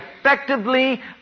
effectively